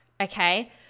okay